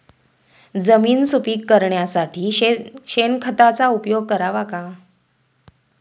जमीन सुपीक करण्यासाठी शेणखताचा उपयोग करावा का?